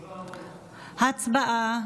הצבעה.